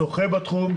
שוחה בתחום,